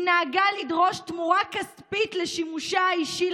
היא נהגה לדרוש תמורה כספית לשימושה האישי,